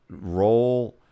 role